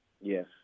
Yes